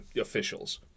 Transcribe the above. officials